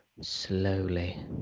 slowly